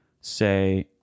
say